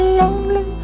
lonely